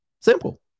Simple